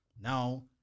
now